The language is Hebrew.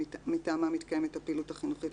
שמטעמה מתקיימת הפעילות החינוכית,